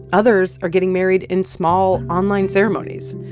others are getting married in small online ceremonies.